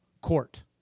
court